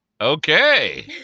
Okay